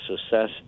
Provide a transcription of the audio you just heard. success